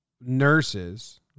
nurses